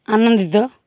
ଆନନ୍ଦିତ